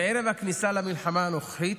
ערב הכניסה למלחמה הנוכחית,